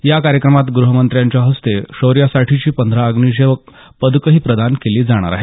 या कार्यक्रमात ग्रहमंत्र्यांच्या हस्ते शौर्यासाठीची पंधरा अग्निसेवा पदकंही प्रदान केली जाणार आहेत